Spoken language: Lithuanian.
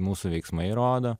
mūsų veiksmai rodo